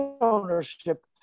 ownership